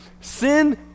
Sin